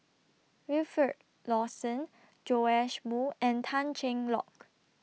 Wilfed Lawson Joash Moo and Tan Cheng Lock